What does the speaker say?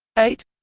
eight